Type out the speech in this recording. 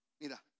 Mira